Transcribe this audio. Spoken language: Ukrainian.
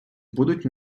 будуть